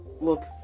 Look